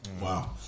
Wow